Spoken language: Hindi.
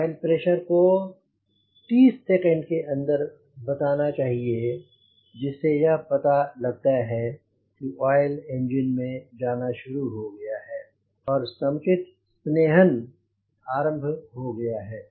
ऑयल प्रेशर को 30 सेकंड के अंदर बताना चाहिए जिससे यह पता लगता है कि आयल इंजन में जाना शुरू हो गया है और समुचित स्नेहन आरम्भ हो गया है